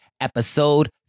episode